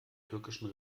türkischen